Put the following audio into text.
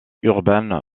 urbaine